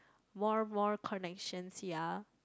more more connections ya